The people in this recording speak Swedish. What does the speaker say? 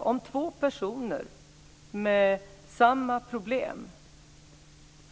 Om två personer har samma problem